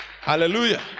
Hallelujah